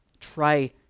Try